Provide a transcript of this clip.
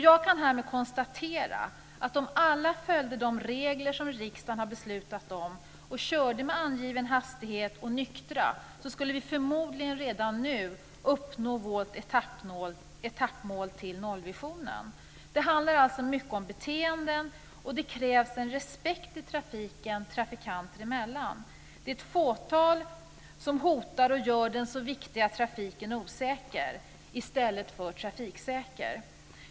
Jag kan härmed konstatera att om alla skulle följa de regler som riksdagen har beslutat om och köra med angiven hastighet och nyktra skulle vi förmodligen redan nu uppnå vårt etappmål för nollvisionen. Det handlar alltså mycket om beteenden, och det krävs en respekt i trafiken trafikanter emellan. Det är ett fåtal som hotar och gör den så viktiga trafiken osäker i stället för säker.